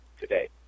today